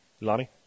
Lonnie